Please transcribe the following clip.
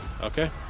Okay